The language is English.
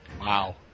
Wow